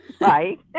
right